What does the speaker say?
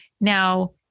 Now